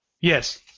Yes